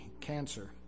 cancer